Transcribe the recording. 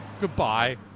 Goodbye